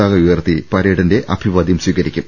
താക ഉയർത്തി പരേഡിന്റെ അഭിവാദ്യം സ്വീകരിക്കും